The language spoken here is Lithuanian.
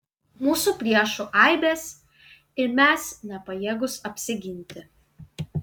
mūsų priešų aibės ir mes nepajėgūs apsiginti